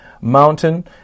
mountain